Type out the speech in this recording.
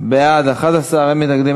מי נגד?